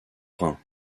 brun